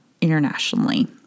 internationally